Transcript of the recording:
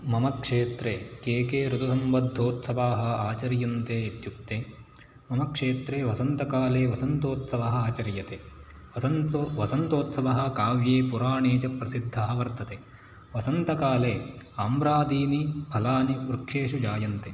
मम क्षेत्रे ऋतुसम्बद्धोत्सवाः आचर्यन्ते इत्युक्ते मम क्षेत्रे वसन्तकाले वसन्तोत्सवः आचर्यते वसन्तो वसन्तोत्सवः काव्ये पुराणे च प्रसिद्धः वर्तते वसन्तकाले आम्रादीनि फलानि वृक्षेषु जायन्ते